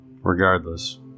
Regardless